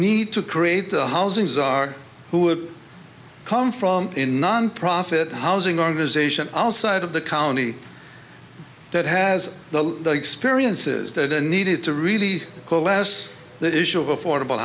need to create a housing czar who would come from in nonprofit housing organization outside of the county that has the experiences that are needed to really coalesce that issue of affordable